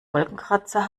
wolkenkratzer